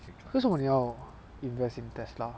为什么你要 invest in Tesla